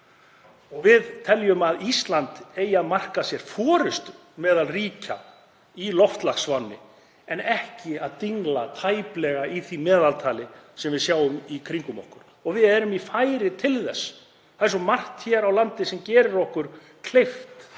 Við teljum að Ísland eigi að marka sér forystu meðal ríkja hvað varðar loftslagsvána en ekki að dingla tæplega í því meðaltali sem við sjáum í kringum okkur. Og við erum í færi til þess. Það er svo margt hér á landi sem gerir okkur kleift að